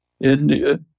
India